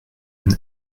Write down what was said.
and